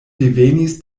devenis